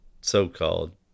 so-called